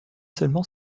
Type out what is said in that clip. seulement